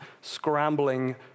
scrambling